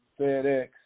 FedEx